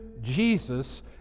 Jesus